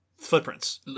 Footprints